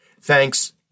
Thanks